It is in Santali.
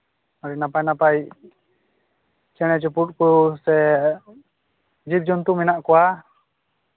ᱟᱹᱰᱤ ᱱᱟᱯᱟᱭ ᱱᱟᱯᱟᱭ ᱪᱮᱬᱮ ᱪᱩᱯᱲᱩᱫ ᱠᱚ ᱥᱮ ᱡᱤᱵᱽᱼᱡᱚᱱᱛᱩ ᱢᱮᱱᱟᱜ ᱠᱚᱣᱟ